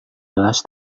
belas